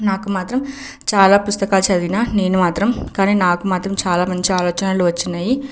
నాకు మాత్రం చాలా పుస్తకాలు చదివినా నేను మాత్రం కానీ నాకు మాత్రం చాలా మంచి ఆలోచనలు వచ్చాయి